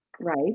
Right